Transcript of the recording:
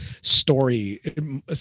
story